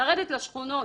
לרדת לשכונות,